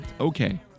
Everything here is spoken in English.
Okay